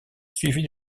suivis